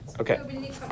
Okay